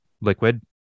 liquid